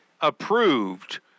approved